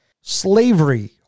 Slavery